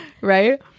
Right